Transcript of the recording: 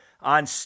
on